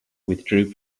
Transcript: withdrew